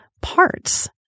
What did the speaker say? parts